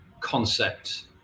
concept